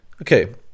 okay